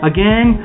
Again